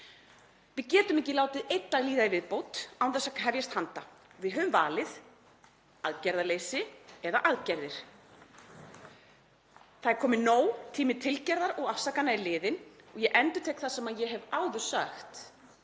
Við getum ekki látið einn dag líða í viðbót án þess að hefjast handa. Við höfum valið, aðgerðaleysi eða aðgerðir. Það er komið nóg. Tími tilgerðar og afsakana er liðinn og ég endurtek það sem ég hef áður sagt: